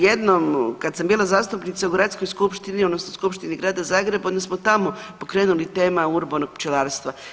Jednom kad sam bila zastupnica u gradskoj skupštini odnosno Skupštini Grada Zagreba onda smo tamo pokrenuli tema urbanog pčelarstva.